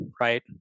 right